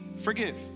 forgive